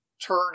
turn